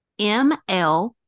ML